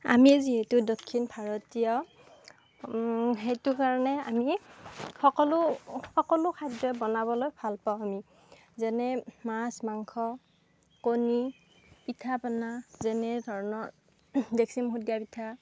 আমি যিহেতু দক্ষিণ ভাৰতীয় সেইটো কাৰণে আমি সকলো সকলো খাদ্যই বনাবলৈ ভাল পাওঁ আমি যেনে মাছ মাংস কণী পিঠা পনা যেনে ধৰণৰ ডেক্সি মুখত দিয়া পিঠা